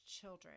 children